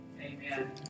Amen